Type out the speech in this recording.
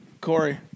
Corey